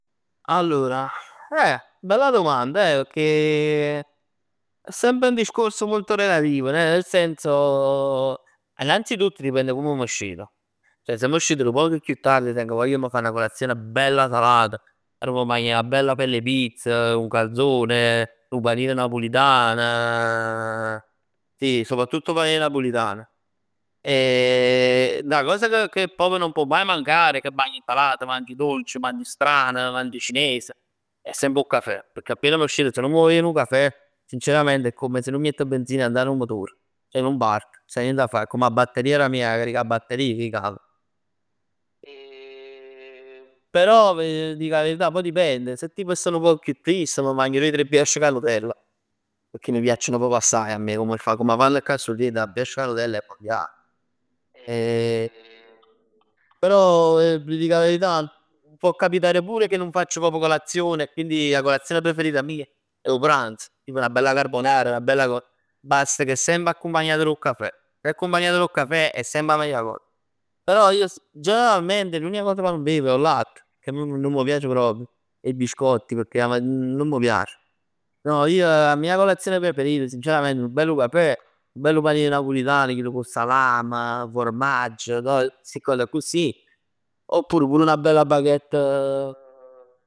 Allora, eh bella domanda eh pecchè è semp un discorso molto relativo, ne- nel senso. Innanzitutto dipende come m' scet, ceh se m' scet nu poc chiù tardi teng voglia 'e m' fa 'na colazione bella salata, arò m' magn na bella fell 'e pizz, un calzone, nu panin napulitan. Sì soprattutto, o' panin napulitan. 'Na cosa ch- che proprj non può mai mancare, che magn insalata, magn dolci, magn stran, magn cines, è semp 'o cafè. Pecchè appen m' scet, se nun m' vev 'nu cafè, sinceramente è come si nun miett benzin dint 'o motor, ceh nun part. Nun c' sta nient 'a fa, è comm 'a batteria dà mij, 'o caricabatterie co 'e cav. Però vi dico 'a verità poj dipende, se tipo sto nu poc chiù trist m' magn doje o tre brioche cu 'a Nutella, pecchè 'm piacciono proprj assaj 'a me. Comm 'e fa, comm 'a fann cà 'a Surrient, 'a brioche cu 'a Nutella è mondiale. Però vi dico 'a verità può capitare pure che nun facc proprj colazione e quindi 'a colazione preferita mia è 'o pranzo. Tipo 'na bella carbonara, 'na bella cos. Basta ch' è semp accumpagnat dò cafè. Se è accompagnat dò cafè è semp 'a meglio cos. Però io generalmente l'unica cosa ca nun bev è 'o latte. Ca nun nun m' piacc proprj e i biscotti pecchè 'a matin nun m' piac. No ij, la mia colazione preferita sincerament nu bellu cafè, nu bellu panin napulitan, chill ch' 'o salame, formagg, cos. Sti cos accussì, oppure pur 'na bella baguette